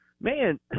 Man